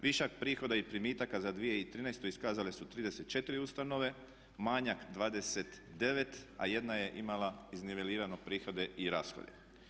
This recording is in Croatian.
Višak prihoda i primitaka za 2013. iskazale su 34 ustanove, manjak 29, a 1 je imala iznivelirano prihode i rashode.